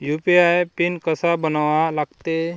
UPI PIN कसा बनवा लागते?